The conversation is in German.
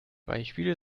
beispiele